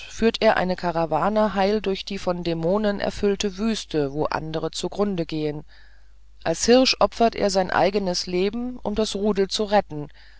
führt er seine karawane heil durch die von dämonen erfüllte wüste wo andere zugrunde gehen als hirsch opfert er sein eigenes leben um das rudel zu retten